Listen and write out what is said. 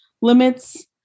limits